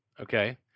Okay